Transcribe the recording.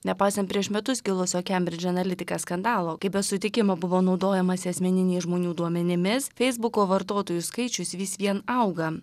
nepaisant prieš metus kilusio kembridž analitika skandalo kai be sutikimo buvo naudojamasi asmeniniais žmonių duomenimis feisbuko vartotojų skaičius vis vien auga